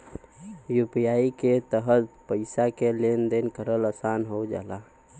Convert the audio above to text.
UPI के तहत पइसा क लेन देन करना आसान हो जाला